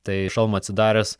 tai šalmą atsidaręs